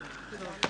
חוץ-בנקאיות (תיקון מס' 5)